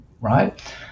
right